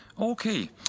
Okay